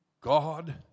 God